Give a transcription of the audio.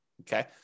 Okay